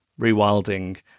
rewilding